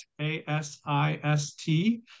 A-S-I-S-T